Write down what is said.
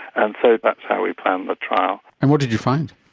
and so that's how we planned the trial. and what did you find?